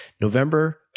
November